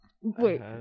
Wait